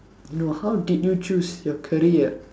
no how did you choose your career